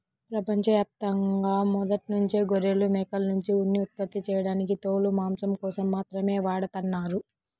ప్రపంచ యాప్తంగా మొదట్నుంచే గొర్రెలు, మేకల్నుంచి ఉన్ని ఉత్పత్తి చేయడానికి తోలు, మాంసం కోసం మాత్రమే వాడతన్నారు